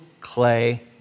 clay